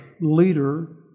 leader